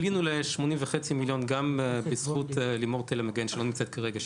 עלינו ל-80.5 מיליון גם בזכות לימור תלם מגן שלא נמצאת כרגע,